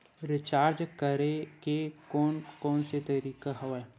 Recharge करे के कोन कोन से तरीका हवय?